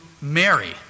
Mary